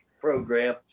program